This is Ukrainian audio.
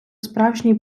справжній